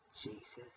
Jesus